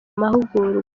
mahugurwa